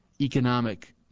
economic